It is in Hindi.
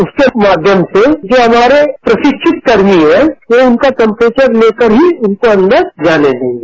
उसके माध्यम से जो हमारे प्रशिक्षित कर्मी ह वो उनका टर्म्पेचर लेकर ही उनको अंदर जाने देंगे